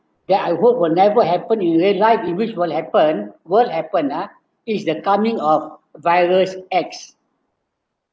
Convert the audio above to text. that I hope will never happen in real life it wish will happen will happen ah it's the coming of virus X